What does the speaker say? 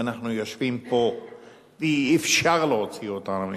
ואנחנו יושבים פה ואי-אפשר להוציא אותנו מפה.